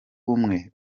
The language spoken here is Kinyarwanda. bumwe